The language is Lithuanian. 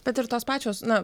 tad ir tos pačios na